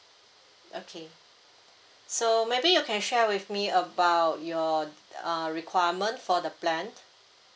okay so maybe you can share with me about your err requirement for the plan